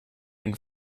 and